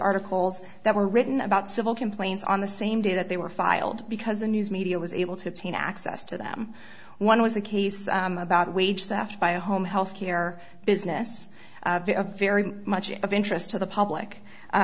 articles that were written about civil complaints on the same day that they were filed because the news media was able to obtain access to them one was a case about wage theft by a home healthcare business very much of interest to the public